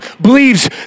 believes